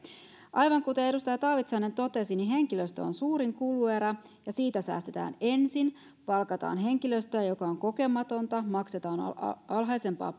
aivan kuten edustaja taavitsainen totesi henkilöstö on suurin kuluerä ja siitä säästetään ensin palkataan henkilöstöä joka on kokematonta ja maksetaan alhaisempaa